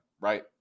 right